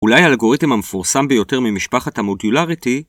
‫אולי האלגוריתם המפורסם ביותר ‫ממשפחת ה modularity...